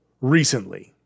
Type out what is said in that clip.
recently